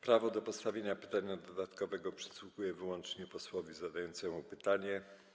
Prawo do postawienia pytania dodatkowego przysługuje wyłącznie posłowi zadającemu pytanie.